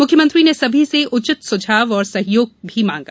मुख्यमंत्री ने सभी से उचित सुझाव और सहयोग भी मांगा